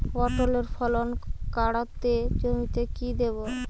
পটলের ফলন কাড়াতে জমিতে কি দেবো?